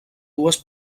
dues